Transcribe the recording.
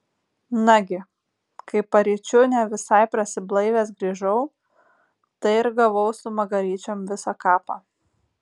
nagi kai paryčiu ne visai prasiblaivęs grįžau tai ir gavau su magaryčiom visą kapą